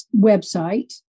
website